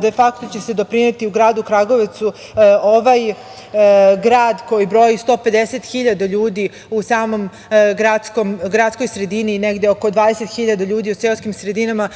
de fakto će se doprineti gradu Kragujevcu, gradu koji broji 150.000 ljudi, a u samoj gradskoj sredini je negde oko 20.000 ljudi u seoskim sredinama